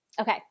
Okay